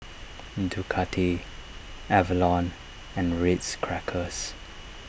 Ducati Avalon and Ritz Crackers